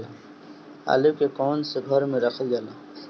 आलू के कवन से घर मे रखल जाला?